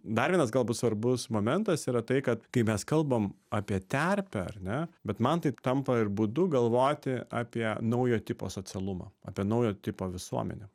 dar vienas galbūt svarbus momentas yra tai kad kai mes kalbam apie terpę ar ne bet man tai tampa ir būdu galvoti apie naujo tipo socialumą apie naujo tipo visuomenę